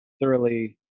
thoroughly